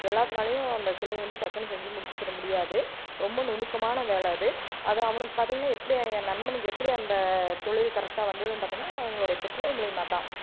எல்லாத்தினாலையும் அந்த சிலையை வந்து டக்குன்னு செஞ்சு முடிச்சுர முடியாது ரொம்ப நுணுக்கமான வேலை அது அதை அவனுக்கு பார்த்தீங்கன்னா எப்படி என் நண்பனுக்கு எப்படி அந்த தொழில் கரெக்டாக வந்ததுன்னு பார்த்தின்னா அவங்களோடைய பெற்றோர் மூலயமாதான்